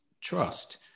trust